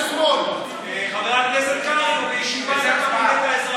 בתום דבריו של שר המשפטים, הגישו 40